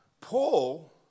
Paul